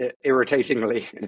irritatingly